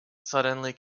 suddenly